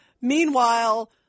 Meanwhile